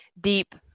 deep